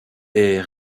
est